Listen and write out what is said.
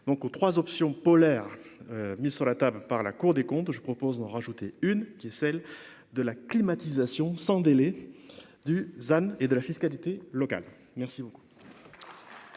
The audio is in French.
donc aux 3 options polaire mises sur la table par la Cour des comptes, je propose d'en rajouter une qui est celle de la climatisation sans délai du than et de la fiscalité locale merci beaucoup.